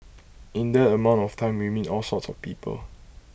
in that amount of time we meet all sorts of people